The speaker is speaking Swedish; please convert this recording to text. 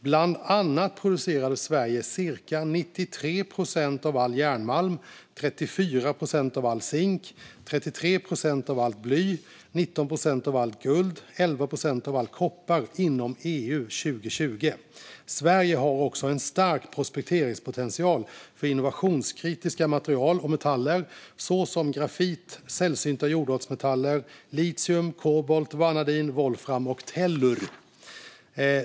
Bland annat producerade Sverige cirka 93 procent av all järnmalm, 34 procent av all zink, 33 procent av allt bly, 19 procent av allt guld och 11 procent av all koppar inom EU 2020. Sverige har också en stark prospekteringspotential för innovationskritiska mineral och metaller såsom grafit, sällsynta jordartsmetaller, litium, kobolt, vanadin, volfram och tellur.